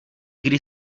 když